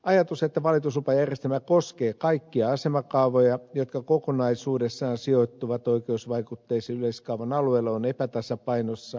ajatus että valituslupajärjestelmä koskee kaikkia asemakaavoja jotka kokonaisuudessaan sijoittuvat oikeusvaikutteisen yleiskaavan alueelle on epätasapainossa